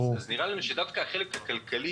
נראה לנו שדווקא החלק הכלכלי,